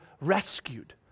rescued